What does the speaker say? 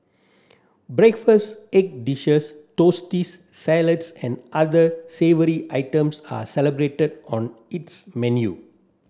breakfast egg dishes toasties salads and other savoury items are celebrated on its menu